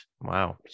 Wow